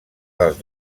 dels